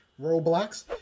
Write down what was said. Roblox